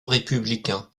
républicain